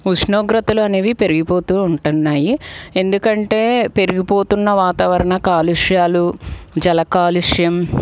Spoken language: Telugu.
ఉష్ణోగ్రతలు అనేవి పెరిగిపోతు ఉన్నాయి ఎందుకంటే పెరిగిపోతున్న వాతావరణ కాలుష్యాలు జల కాలుష్యం